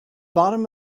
bottom